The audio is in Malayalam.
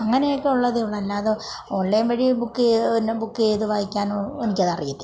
അങ്ങനെയൊക്കെ ഉള്ളതേ ഉള്ളു അല്ലാതെ ഓൺലൈൻ വഴി ബുക്ക് ചെയ്ത് വായിക്കാനോ എനിക്കതറിയത്തില്ല